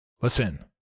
Listen